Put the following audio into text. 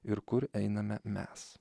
ir kur einame mes